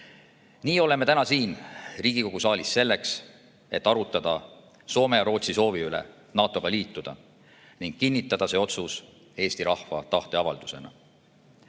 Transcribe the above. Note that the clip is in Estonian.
Nii oleme täna siin Riigikogu saalis selleks, et arutada Soome ja Rootsi soovi üle NATO-ga liituda ning kinnitada see otsus Eesti rahva tahteavaldusena.